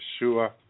Yeshua